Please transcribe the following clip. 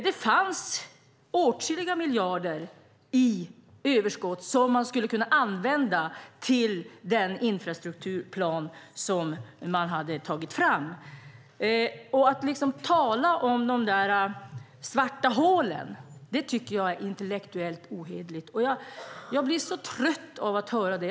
Det fanns åtskilliga miljarder i överskott som man skulle kunna använda till den infrastrukturplan som man hade tagit fram. Att tala om de där svarta hålen tycker jag är intellektuellt ohederligt. Jag blir så trött på att höra det.